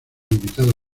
invitado